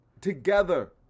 together